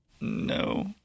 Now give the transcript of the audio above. No